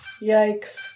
Yikes